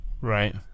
Right